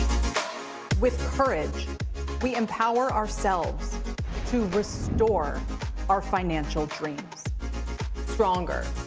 with courage we empower ourselves to restore our financial dreams stronger,